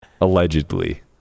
allegedly